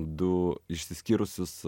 du išsiskyrusius